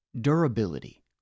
Durability